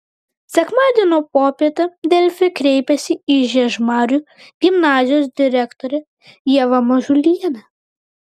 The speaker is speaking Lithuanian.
sekmadienio popietę delfi kreipėsi į žiežmarių gimnazijos direktorę ievą mažulienę